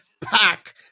Pack